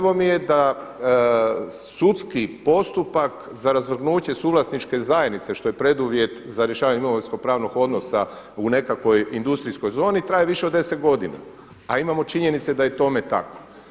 mi je da sudski postupak za razvrgnuće suvlasničke zajednice što je preduvjet za rješavanje imovinsko pravnog odnosa u nekakvoj industrijskoj zoni i traje više od 10 godina a imamo činjenice da je tome tako.